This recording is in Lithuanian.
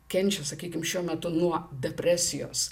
kenčia sakykim šiuo metu nuo depresijos